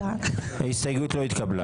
ההסתייגות לא התקבלה.